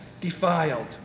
defiled